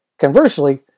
Conversely